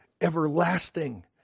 everlasting